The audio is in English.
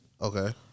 Okay